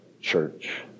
church